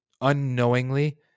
unknowingly